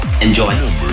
Enjoy